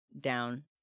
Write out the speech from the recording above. down